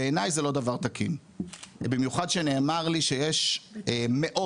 בעיניי זה לא דבר תקין ובמיוחד שנאמר לי שיש מאות,